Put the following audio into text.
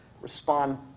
respond